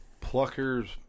Pluckers